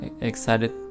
excited